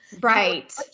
Right